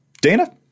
Dana